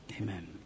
amen